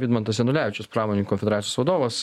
vidmantas janulevičius pramonininkų konfederacijos vadovas